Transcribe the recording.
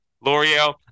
l'oreal